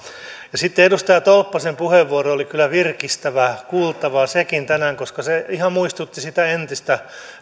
edustaja tolppasen puheenvuoro oli kyllä sekin virkistävää kuultavaa tänään koska se ihan muistutti sitä entistä